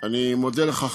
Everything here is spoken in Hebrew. אני מודה לך,